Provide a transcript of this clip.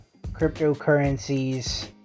cryptocurrencies